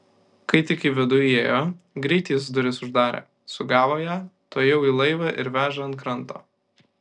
kai tik į vidų įėjo greit jis duris uždarė sugavo ją tuojau į laivą ir veža ant kranto